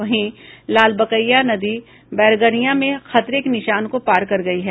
वही लालबकैया नदी बैरगनिया में खतरे के निशान को पार कर गई है